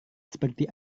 seperti